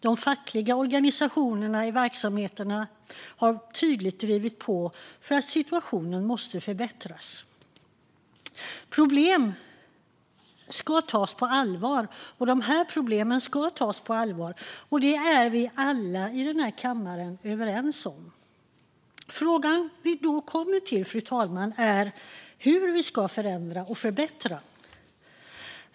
De fackliga organisationerna i verksamheterna har tydligt drivit på för att situationen ska förbättras. Problemen ska tas på allvar, och det är vi alla i den här kammaren överens om. Frågan vi då kommer till, fru talman, är hur vi ska förändra och förbättra det hela.